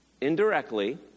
indirectly